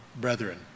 brethren